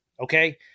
Okay